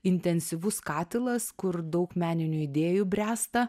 intensyvus katilas kur daug meninių idėjų bręsta